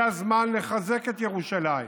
זה הזמן לחזק את ירושלים